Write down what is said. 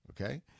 okay